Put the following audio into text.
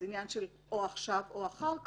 זה עניין של או עכשיו או אחר כך.